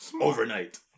Overnight